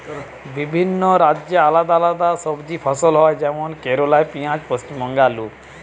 বিভিন্ন রাজ্যে আলদা আলদা সবজি ফসল হয় যেমন কেরালাই পিঁয়াজ, পশ্চিমবঙ্গে আলু